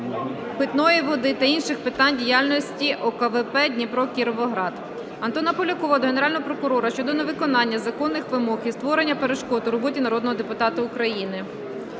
питної води та інших питань діяльності ОКВП "Дніпро-Кіровоград". Антона Полякова до Генерального прокурора щодо невиконання законних вимог і створення перешкод у роботі народного депутата України.